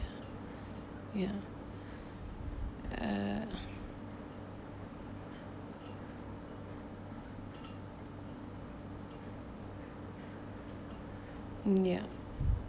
ya uh mm ya